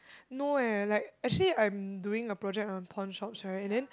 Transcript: no eh like actually I'm doing a project on pawnshops right then